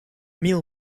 meal